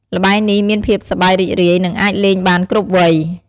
ល្បែងនេះមានភាពសប្បាយរីករាយ និងអាចលេងបានគ្រប់វ័យ។